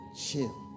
chill